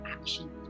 action